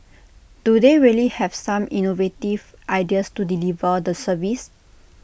do they really have some innovative ideas to deliver the service